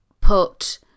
put